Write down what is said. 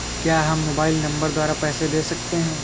क्या हम mobile number द्वारा पैसे भेज सकते हैं?